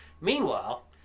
Meanwhile